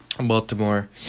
Baltimore